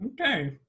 Okay